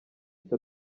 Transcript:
icyo